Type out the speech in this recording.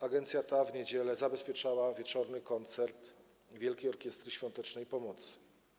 Agencja ta w niedzielę zabezpieczała wieczorny koncert Wielkiej Orkiestry Świątecznej Pomocy.